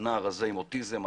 עם אוטיזם,